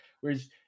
Whereas